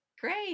Great